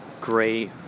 gray